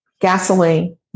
Gasoline